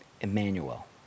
Emmanuel